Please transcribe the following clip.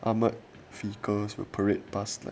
armoured vehicles were parade pass